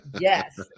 Yes